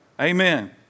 Amen